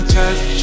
touch